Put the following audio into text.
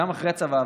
גם אחרי צבא,